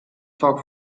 talk